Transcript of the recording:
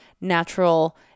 natural